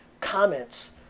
comments